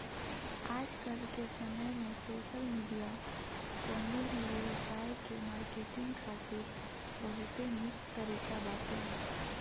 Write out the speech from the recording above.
आजकाल के समय में सोशल मीडिया कवनो भी व्यवसाय के मार्केटिंग खातिर बहुते निक तरीका बाटे